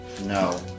No